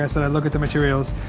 i said, i look at the materials.